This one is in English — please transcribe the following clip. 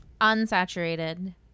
Unsaturated